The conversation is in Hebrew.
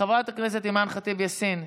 חברת הכנסת אימאן ח'טיב יאסין,